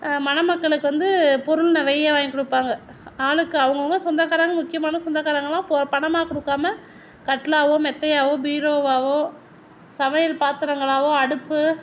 மணமக்களுக்கு வந்து பொருள் நிறைய வாங்கி கொடுப்பாங்க ஆளுக்கு அவங்கவுங்க சொந்தக்காரங்கள் முக்கியமான சொந்தக்காரங்கெலாம் பொ பணமாக கொடுக்காம கட்டிலாகவோ மெத்தையாகவோ பீரோவாகவோ சமையல் பாத்திரங்களாகவோ அடுப்பு